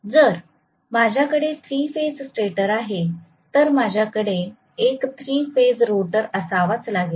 जर माझ्याकडे three phase stator आहे तर माझ्याकडे एक थ्री फेज रोटर असावाच लागेल